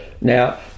Now